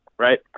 right